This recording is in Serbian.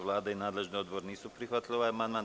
Vlada i nadležni odbor nisu prihvatili ovaj amandman.